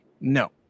No